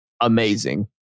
amazing